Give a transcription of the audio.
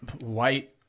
white